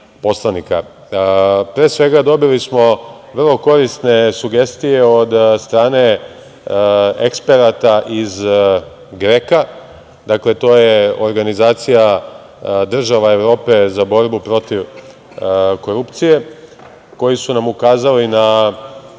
Pre svega, dobili smo vrlo korisne sugestije od strane eksperata iz GREKO-a. To je organizacija država Evrope za borbu protiv korupcije, koji su nam ukazali na